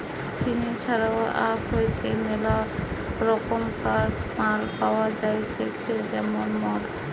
চিনি ছাড়াও আখ হইতে মেলা রকমকার মাল পাওয়া যাইতেছে যেমন মদ